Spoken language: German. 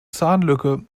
zahnlücke